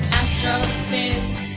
astrophys